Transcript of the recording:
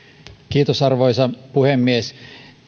arvoisa puhemies